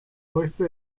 oeste